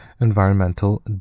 environmental